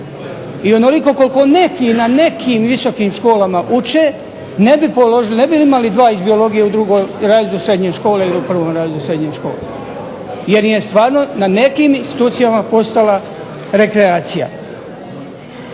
I onoliko koliko neki na nekim visokim školama uče ne bi položili, ne bi imali dva iz biologije u drugom razredu srednje škole ili u prvom razredu srednje škole jer im je stvarno na nekim institucijama postala rekreacija.